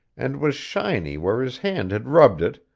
and was shiny where his hand had rubbed it,